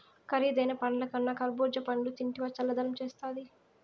కరీదైన పండ్లకన్నా కర్బూజా పండ్లు తింటివా చల్లదనం చేస్తాది